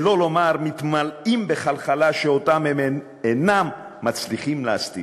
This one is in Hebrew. שלא לומר מתמלאים בחלחלה שאותה הם אינם מצליחים להסתיר.